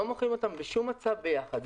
לא מוכרים אותם בשום מצב ביחד,